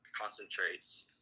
concentrates